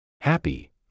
happy